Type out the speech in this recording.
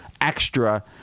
extra